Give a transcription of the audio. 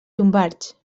llombards